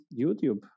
YouTube